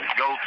go